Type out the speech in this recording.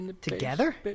Together